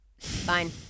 Fine